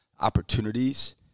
opportunities